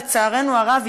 לצערנו הרב,